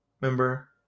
Remember